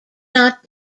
not